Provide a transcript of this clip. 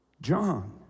John